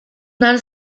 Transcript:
journal